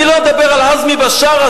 אני לא אדבר על עזמי בשארה,